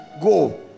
go